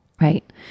right